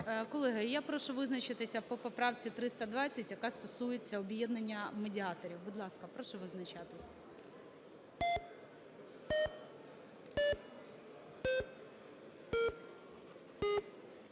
Колеги, я прошу визначитися по поправці 320, яка стосується об'єднання медіаторів. Будь ласка, прошу визначатись.